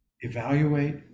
evaluate